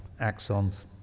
axons